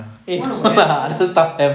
what about elephant